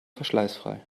verschleißfrei